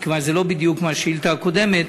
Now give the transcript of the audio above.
מכיוון שזה לא בדיוק מהשאילתה הקודמת: